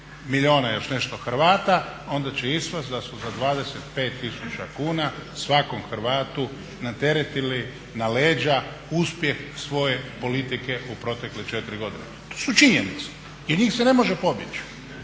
milijuna i još nešto Hrvata onda će ispasti da su za 25 tisuća kuna svakom Hrvatu nateretili na leđa uspjeh svoje politike u protekle 4 godine. To su činjenice i od njih se ne može pobjeći.